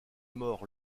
mort